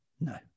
No